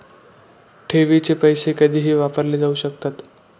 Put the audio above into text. ठेवीचे पैसे कधीही वापरले जाऊ शकतात